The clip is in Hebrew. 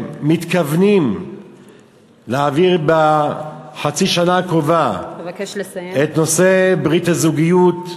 שמתכוונים להעביר בחצי השנה הקרובה את נושא ברית הזוגיות,